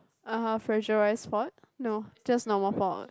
(uh huh) pressurize what no just normal